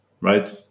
right